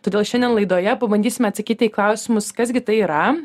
todėl šiandien laidoje pabandysime atsakyti į klausimus kas gi tai yra